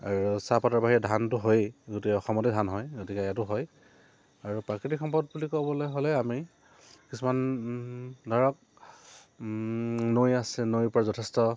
আৰু চাহপাতৰ বাহিৰে ধানটো হয়েই গোটেই অসমতে ধান হয় গতিকে ইয়াতো হয় আৰু প্ৰাকৃতিক সম্পদ বুলি ক'বলে হ'লে আমি কিছুমান ধৰক নৈ আছে নৈৰ পৰা যথেষ্ট